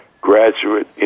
Graduate